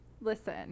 Listen